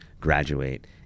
graduate